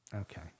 Okay